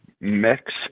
Mix